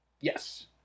yes